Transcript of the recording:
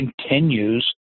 continues